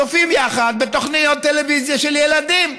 צופים יחד בתוכניות טלוויזיה של ילדים.